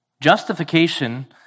justification